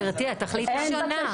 גברתי, התכלית שונה.